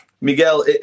Miguel